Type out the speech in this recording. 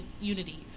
unity